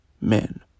men